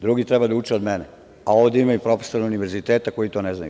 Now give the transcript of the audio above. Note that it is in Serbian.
Drugi treba da uče od mene, a ovde ima i profesora univerziteta koji to ne znaju.